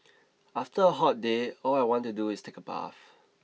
after a hot day all I want to do is take a bath